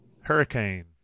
hurricane